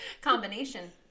combination